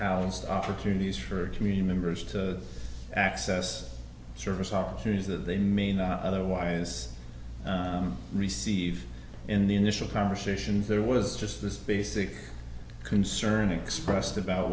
housed opportunities for community members to access service offerings that they may not otherwise receive in the initial conversations there was just this basic concern expressed about